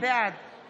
בעד